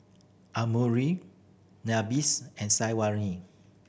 Nabis and